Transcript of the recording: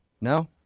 No